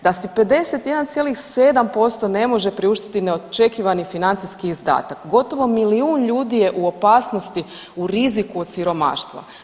Da si 51,7% ne može priuštiti neočekivani financijski izdatak, gotovo milijun ljudi je u opasnosti u riziku od siromaštva.